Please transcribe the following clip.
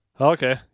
Okay